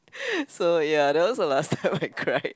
so ya that was the last time I cried